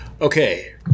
Okay